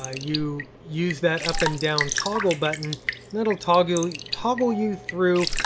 ah you use that up and down toggle button and it'll toggle toggle you through